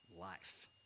life